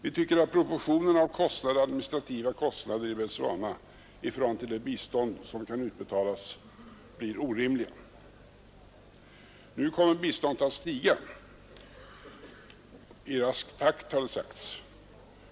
Vi tycker att proportionerna mellan de administrativa kostnaderna i Botswana och det bistånd som kan uttalas blir orimliga. Nu kommer biståndet att stiga — i rask takt, har det sagts.